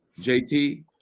JT